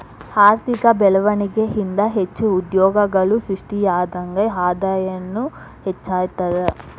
ಆರ್ಥಿಕ ಬೆಳ್ವಣಿಗೆ ಇಂದಾ ಹೆಚ್ಚು ಉದ್ಯೋಗಗಳು ಸೃಷ್ಟಿಯಾದಂಗ್ ಆದಾಯನೂ ಹೆಚ್ತದ